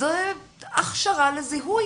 זאת הכשרה לזיהוי